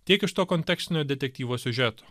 tiek iš to kontekstinio detektyvo siužeto